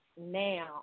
Now